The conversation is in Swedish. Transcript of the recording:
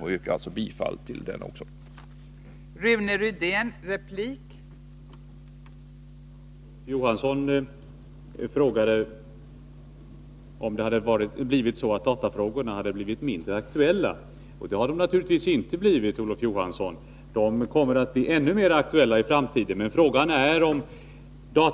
Jag yrkar alltså också bifall till reservation nr